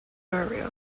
burial